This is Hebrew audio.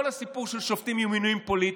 כל הסיפור של שופטים יהיה מינויים פוליטיים.